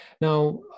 Now